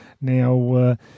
Now